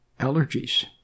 allergies